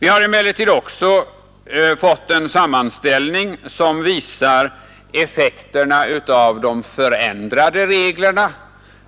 Vi har emellertid också fått en sammanställning som visar effekterna av de förändrade reglerna,